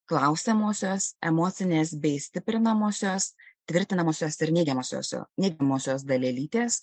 klausiamosios emocinės bei stiprinamosios tvirtinamosios ir neigiamosios neigiamosios dalelytės